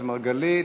חבר הכנסת מרגלית.